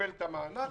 לקבל את המענק